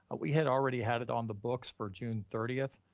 we had already had it on the books for june thirtieth.